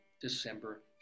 December